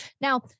Now